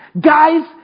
Guys